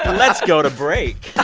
let's go to break